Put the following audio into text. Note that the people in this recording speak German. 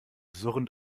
surrend